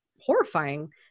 horrifying